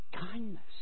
Kindness